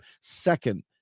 Second